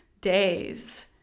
days